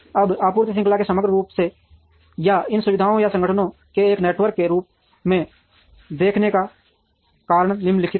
अब आपूर्ति श्रृंखला को समग्र रूप से या इन सुविधाओं और संगठनों के एक नेटवर्क के रूप में देखने का कारण निम्नलिखित हैं